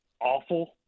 awful